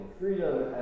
freedom